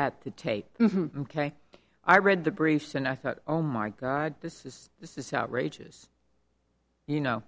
at the tape ok i read the briefs and i thought oh my god this is this is outrageous you know